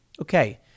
Okay